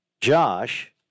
Josh